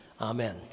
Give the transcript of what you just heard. Amen